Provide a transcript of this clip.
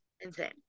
Insane